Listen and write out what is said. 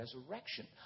resurrection